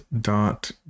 dot